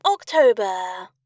October